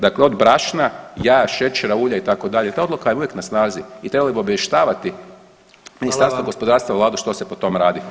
Dakle, od brašna, jaja, šećera, ulja itd., ta odluka je uvijek na snazi i trebalo bi obavještavati Ministarstvo gospodarstva [[Upadica: Hvala vam.]] i Vladu što se po tom radi.